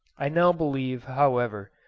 i now believe, however,